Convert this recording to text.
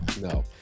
No